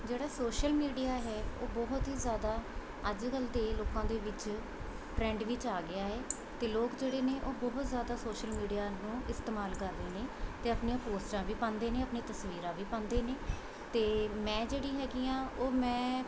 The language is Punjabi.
ਜਿਹੜਾ ਸੋਸ਼ਲ ਮੀਡੀਆ ਹੈ ਉਹ ਬਹੁਤ ਹੀ ਜ਼ਿਆਦਾ ਅੱਜ ਕਲ੍ਹ ਦੇ ਲੋਕਾਂ ਦੇ ਵਿੱਚ ਟਰੈਂਡ ਵਿੱਚ ਆ ਗਿਆ ਹੈ ਅਤੇ ਲੋਕ ਜਿਹੜੇ ਨੇ ਉਹ ਬਹੁਤ ਜ਼ਿਆਦਾ ਸੋਸ਼ਲ ਮੀਡੀਆ ਨੂੰ ਇਸਤੇਮਾਲ ਕਰ ਰਹੇ ਨੇ ਅਤੇ ਆਪਣੀਆਂ ਪੋਸਟਾਂ ਵੀ ਪਾਉਂਦੇ ਨੇ ਆਪਣੇ ਤਸਵੀਰਾਂ ਵੀ ਪਾਉਂਦੇ ਨੇ ਅਤੇ ਮੈਂ ਜਿਹੜੀ ਹੈਗੀ ਹਾਂ ਉਹ ਮੈਂ